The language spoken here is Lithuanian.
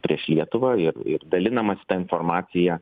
prieš lietuvą ir dalinamasi ta informacija